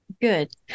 good